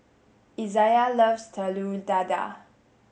Izayah loves Telur Dadah